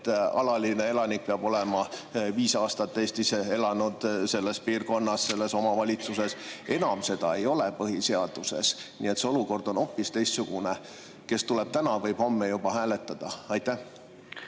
et alaline elanik peab olema viis aastat Eestis elanud selles piirkonnas, selles omavalitsuses. Enam seda ei ole põhiseaduses, nii et nüüd on olukord hoopis teistsugune. Kes tuleb täna, võib homme juba hääletada. See,